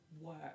work